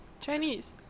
Chinese